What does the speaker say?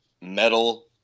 metal